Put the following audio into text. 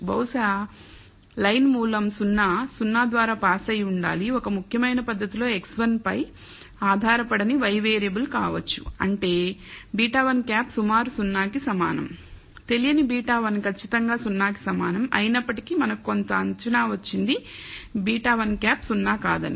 బహుశా లైన్ మూలం 0 0 ద్వారా పాస్ అయి ఉండాలి ఒక ముఖ్యమైన పద్ధతిలో x1 పై ఆధారపడని y వేరియబుల్ కావచ్చు అంటే β̂1 సుమారు 0 కి సమానం తెలియని β1 ఖచ్చితంగా 0 కి సమానం అయినప్పటికీ మనకు కొంత అంచనా వచ్చింది β̂1 సున్నా కాదని